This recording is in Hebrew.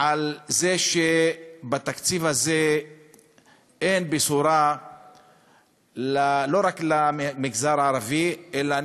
על זה שבתקציב הזה אין בשורה לא רק למגזר הערבי אלא,